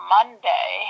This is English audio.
Monday